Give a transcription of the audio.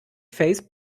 face